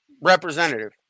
representative